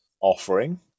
offering